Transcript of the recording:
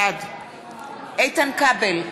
בעד איתן כבל,